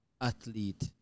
athlete